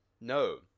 No